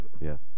Yes